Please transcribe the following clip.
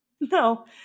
No